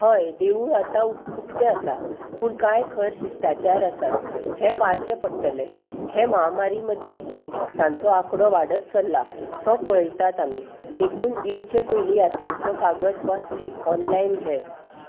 हय देवूळ आतां उक्तें आसा पूण कांय खर शिश्टाचार आसात हें पाळचें पडटलें हें महामारी मदीं भक्तांचो आंकडो वाडत चल्ला तो पळयतात आमी देखून येवचे पयलीं यात्रेचो कागद वा स्लीप ऑनलायन घे